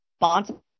responsible